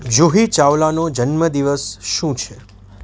જુહી ચાવલાનો જન્મદિવસ શું છે